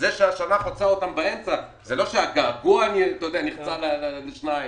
השאיפה כבר עשו את זה עם עצמאיים לכיוון